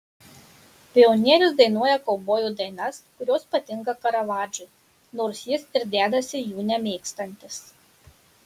pionierius dainuoja kaubojų dainas kurios patinka karavadžui nors jis ir dedasi jų nemėgstantis